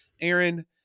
Aaron